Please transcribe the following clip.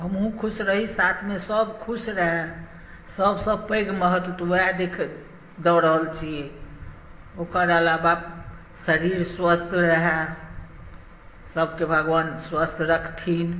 हमहूँ खुश रही साथमे सभ खुश रहए सभसँ पैघ महत्व तऽ उएह देख दऽ रहल छियै ओकर अलावा शरीर स्वस्थ रहए सभके भगवान स्वस्थ रखथिन